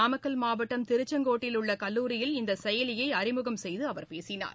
நாமக்கல் மாவட்டம் திருச்செங்கோட்டில் உள்ள கல்லூரியில் இந்த செயலியை அறிமுகம் செய்து அவர் பேசினார்